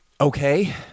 Okay